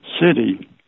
city